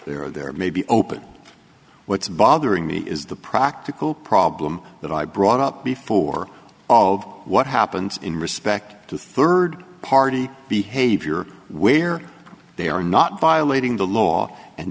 they're there may be open what's bothering me is the practical problem that i brought up before of what happened in respect to third party behavior where they are not violating the law and